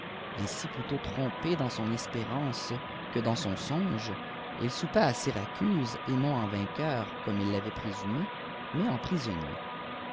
ainsi plutôt trobipé dans son espérance que dans son songe il soupa à syracuse et oh en vainqoeur comme il l'avait présumé mais prisonnier